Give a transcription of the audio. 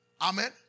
Amen